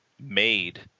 made